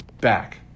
back